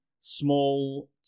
small